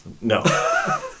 No